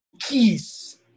keys